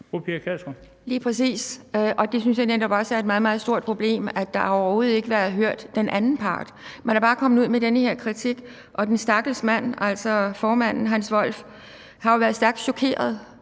Kjærsgaard (DF): Lige præcis, og jeg synes netop også, det er et meget, meget stort problem, at den anden part overhovedet ikke har været hørt. Man er bare kommet ud med den her kritik, og den stakkels mand, altså formanden, Hans Wolff, har jo været stærkt chokeret.